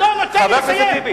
אתה לא נותן לי לדבר.